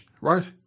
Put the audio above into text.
right